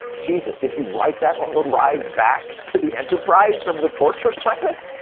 jesus, did he write that on the ride back to the enterprise from the torture planet?